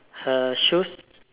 her shoes